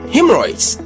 Hemorrhoids